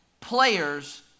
players